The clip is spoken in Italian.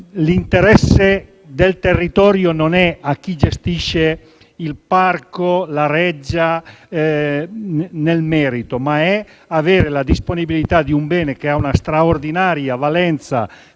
l'interesse del territorio non guarda a chi gestisce il parco e la reggia nel merito, ma ad avere la disponibilità di un bene che ha una straordinaria valenza